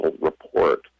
report